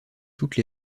toutes